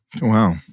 Wow